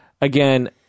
again